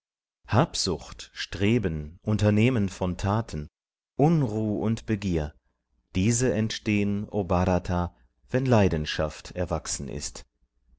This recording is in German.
habsucht streben unternehmen von taten unruh und begier diese entstehn o bhrata wenn leidenschaft erwachsen ist